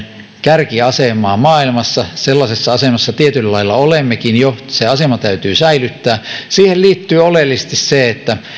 kärkiasemaa maailmassa sellaisessa asemassa tietyllä lailla olemmekin jo se asema täytyy säilyttää siihen liittyy oleellisesti se että